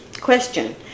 Question